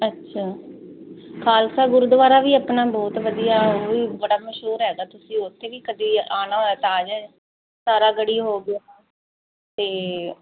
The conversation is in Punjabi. ਅੱਛਾ ਖਾਲਸਾ ਗੁਰਦੁਆਰਾ ਵੀ ਆਪਣਾ ਬਹੁਤ ਵਧੀਆ ਉਹ ਵੀ ਬੜਾ ਮਸ਼ਹੂਰ ਹੈਗਾ ਤੁਸੀਂ ਉੱਥੇ ਵੀ ਕਦੀ ਆਉਣਾ ਹੋਇਆ ਤਾਂ ਆ ਜਾਇਆ ਸਾਰਾਗੜੀ ਹੋ ਗਿਆ ਅਤੇ